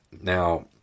Now